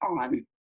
on